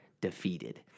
defeated